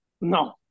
no